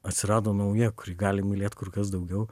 atsirado nauja kuri gali mylėt kur kas daugiau